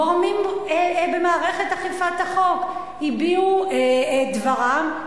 גורמים במערכת אכיפת החוק הביעו את דברם,